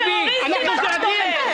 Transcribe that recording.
זבאלה הוא צועק.